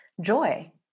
joy